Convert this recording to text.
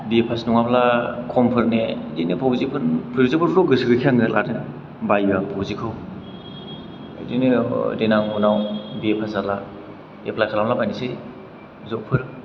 बिए फास नङाब्ला खमफोरनि बिदिनो फौजिफोरनि फौजिफोरखौ गोसो गैखाया आङो लानो बायो आं फौजिखौ बिदिनो देनां उनाव बिए फास जाला एफ्लाइ खालामला बायसै जबफोर